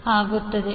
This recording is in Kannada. ಆಗುತ್ತದೆ